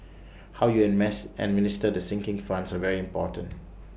how you A mas administer the sinking funds are very important